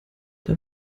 der